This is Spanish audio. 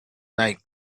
night